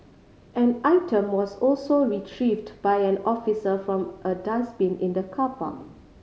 an item was also retrieved by an officer from a dustbin in the car park